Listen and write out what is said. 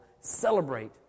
celebrate